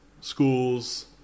schools